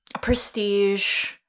prestige